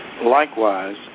likewise